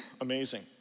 amazing